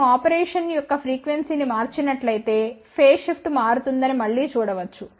మేము ఆపరేషన్ యొక్క ఫ్రీక్వెన్సీ ని మార్చినట్లయితే ఫేజ్ షిఫ్ట్ మారుతుందని మళ్ళీ చూడవచ్చు